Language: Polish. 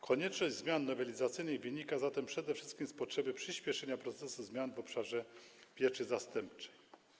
Konieczność zmian nowelizacyjnych wynika zatem przede wszystkim z potrzeby przyspieszenia procesu zmian w obszarze pieczy zastępczej.